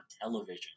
television